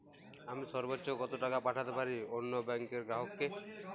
আমি সর্বোচ্চ কতো টাকা পাঠাতে পারি অন্য ব্যাংক র গ্রাহক কে?